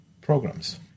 programs